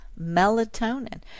melatonin